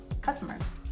customers